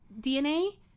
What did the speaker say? dna